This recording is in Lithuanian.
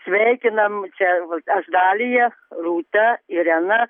sveikinam čia aš dalija rūta irena